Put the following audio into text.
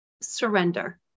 surrender